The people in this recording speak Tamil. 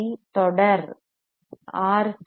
சி RC தொடர் series சீரிஸ் ஆர்